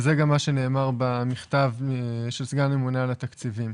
וזה גם מה שנאמר במכתב של סגן הממונה על התקציבים.